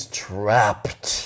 trapped